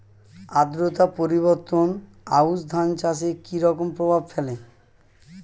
আদ্রতা পরিবর্তন আউশ ধান চাষে কি রকম প্রভাব ফেলে?